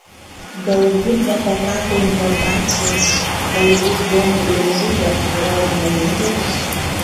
galbūt nepakako informacijos galbūt zombių dėžutė nurodymo nedavė